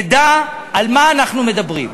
נדע על מה אנחנו מדברים,